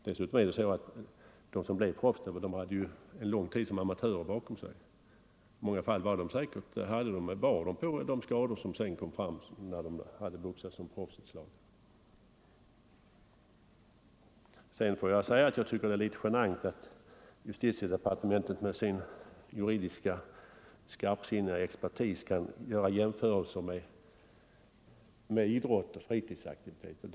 Dessutom har de som blivit proffs en lång tid som amatörer bakom sig. I många fall bar de säkerligen på de skador som sedan kom fram då de hade boxats som proffs ett slag. Det är litet genant att justitiedepartementet med sin juridiskt skarpsinniga expertis kan göra jämförelser med idrottsoch fritidsaktiviteter.